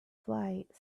flight